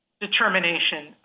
determination